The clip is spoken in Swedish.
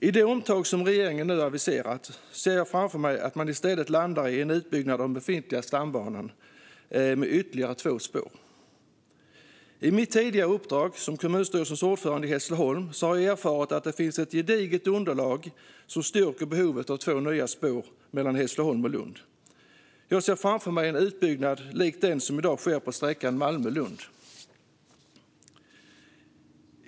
I det omtag som regeringen nu har aviserat ser jag framför mig att man i stället landar i en utbyggnad av de befintliga stambanorna med ytterligare två spår. I mitt tidigare uppdrag som kommunstyrelsens ordförande i Hässleholm har jag erfarit att det finns ett gediget underlag som styrker behovet av två nya spår mellan Hässleholm och Lund. Jag ser framför mig en utbyggnad likt den som i dag sker på sträckan Malmö-Lund.